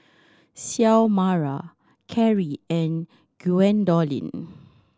Xiomara Keri and Gwendolyn